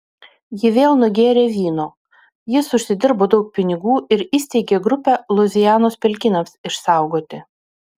ji vėl nugėrė vyno jis užsidirbo daug pinigų ir įsteigė grupę luizianos pelkynams išsaugoti